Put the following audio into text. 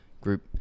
group